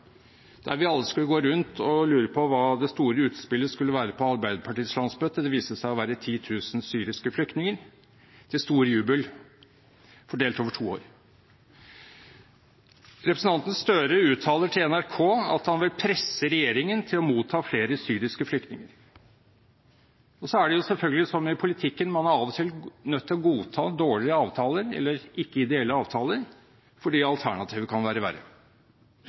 alle gå rundt og lure på hva det store utspillet skulle være på Arbeiderpartiets landsmøte – 10 000 syriske flyktninger, til stor jubel, fordelt over to år. Representanten Gahr Støre uttaler til NRK at han vil presse regjeringen til å motta flere syriske flyktninger. Så er det selvfølgelig sånn i politikken at man av og til er nødt til å godta dårlige eller ikke ideelle avtaler, fordi alternativet kan være verre.